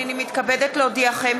הנני מתכבדת להודיעכם,